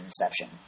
Inception